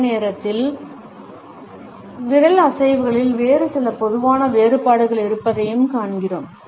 அதே நேரத்தில் விரல் அசைவுகளில் வேறு சில பொதுவான வேறுபாடுகள் இருப்பதையும் காண்கிறோம்